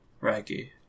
raggy